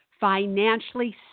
financially